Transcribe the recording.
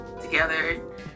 together